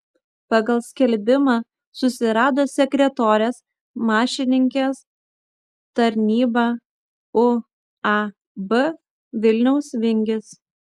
pagal skelbimą susirado sekretorės mašininkės tarnybą uab vilniaus vingis